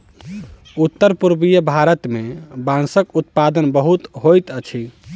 उत्तर पूर्वीय भारत मे बांसक उत्पादन बहुत होइत अछि